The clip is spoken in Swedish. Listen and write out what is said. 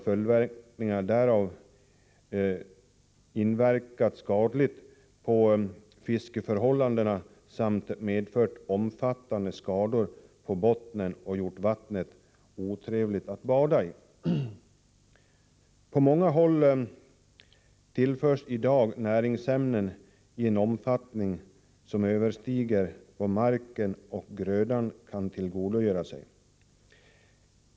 Följderna härav har blivit en skadlig inverkan på fiskeförhållandena och omfattande skador på bottnen. Dessutom har vattnet blivit otrevligt att bada i. På många håll tillförs i dag näringsämnen i en omfattning som överstiger vad marken och grödan kan tillgodogöra sig.